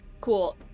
Cool